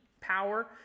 power